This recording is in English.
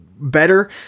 better